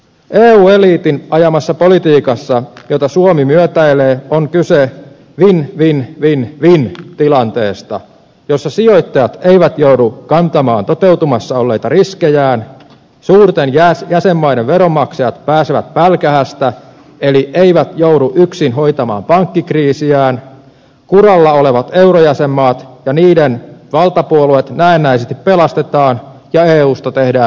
eu eliitin ajamassa politiikassa jota suomi myötäilee on kyse win win win win tilanteesta jossa sijoittajat eivät joudu kantamaan toteutumassa olleita riskejään suurten jäsenmaiden veronmaksajat pääsevät pälkähästä eli eivät joudu yksin hoitamaan pankkikriisiään kuralla olevat eurojäsenmaat ja niiden valtapuolueet näennäisesti pelastetaan ja eusta tehdään liittovaltio